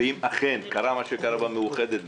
ואם אכן קרה מה שקרה במאוחדת,